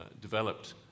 developed